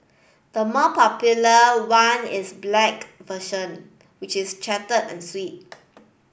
the more popular one is black version which is charted and sweet